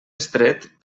estret